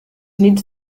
nits